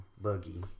buggy